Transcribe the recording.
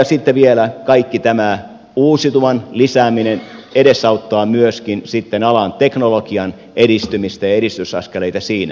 sitten vielä kaikki tämä uusiutuvan lisääminen edesauttaa myöskin alan teknologian edistymistä ja edistysaskeleita siinä